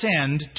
send